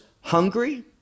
hungry